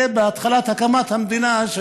זה בהתחלת הקמת המדינה,